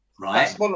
right